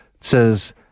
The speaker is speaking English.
says